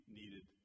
needed